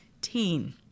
TEEN